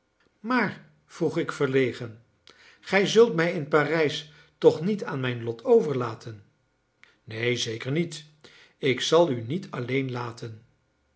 maar vroeg ik verlegen gij zult mij in parijs toch niet aan mijn lot overlaten neen zeker niet ik zal u niet alleen laten